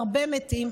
הרבה מתים,